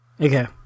Okay